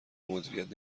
مدیریت